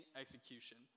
execution